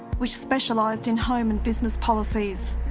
which specialised in home and business policies.